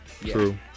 True